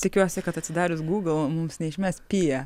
tikiuosi kad atsidarius google mums neišmes pija